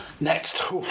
next